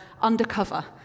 undercover